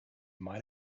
might